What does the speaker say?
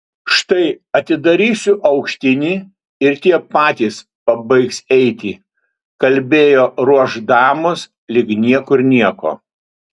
štai atidarysiu aukštinį ir tie patys pabaigs eiti kalbėjo ruoš damos lyg niekur nieko